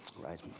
right?